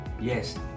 Yes